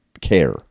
care